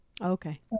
Okay